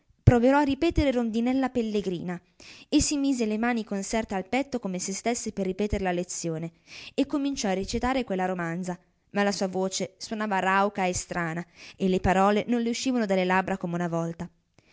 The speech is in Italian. proverò a ripetere rondinella pellegrina e si mise le mani conserte al petto come se stesse per ripetere le lezioni e cominciò a recitare quella romanza ma la sua voce suonava rauca e strana e le parole non le uscivano dalle labbra come una volta